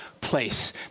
place